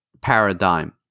paradigm